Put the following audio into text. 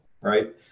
right